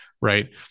right